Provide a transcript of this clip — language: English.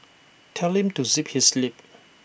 telling to zip his lip